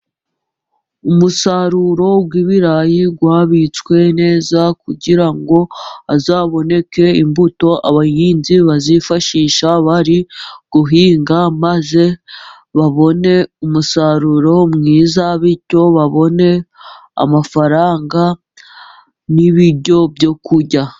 Umusaruro wibirayi wabitswe neza kugira ngo hazaboneke imbuto abahinzi bazifashisha bari guhinga maze babone umusaruro mwiza bityo babone amafaranga n'ibiryo byo kujrya.